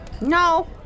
No